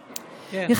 1993,